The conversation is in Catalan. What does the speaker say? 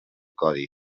codi